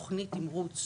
תמרוץ,